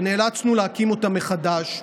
ונאלצנו להקים אותם מחדש.